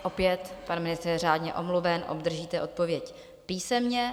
Opět pan ministr je řádně omluven, obdržíte odpověď písemně.